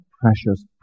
precious